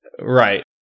right